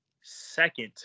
second